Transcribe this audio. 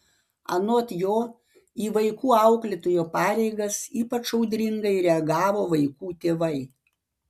anot jo į vaikų auklėtojo pareigas ypač audringai reagavo vaikų tėvai